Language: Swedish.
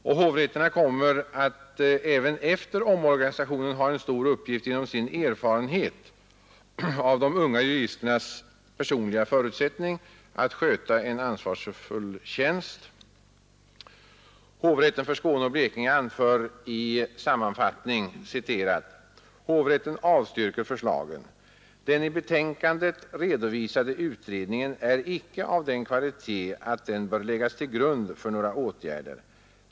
Och hovrätterna kommer att även efter omorganisation ha en stor uppgift genom sin erfarenhet av de unga juristernas personliga förutsättningar att sköta en ansvarsfull tjänst. Hovrätten för Skåne och Blekinge anför i sammanfattning: Den i betänkandet redovisade utredningen är icke av den kvalitet att den bör läggas till grund för några åtgärder.